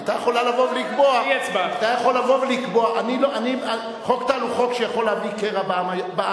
היתה יכולה לבוא ולקבוע: חוק טל הוא חוק שיכול להביא קרע בעם.